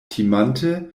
timante